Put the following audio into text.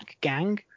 gang